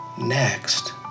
Next